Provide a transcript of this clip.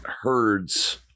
herds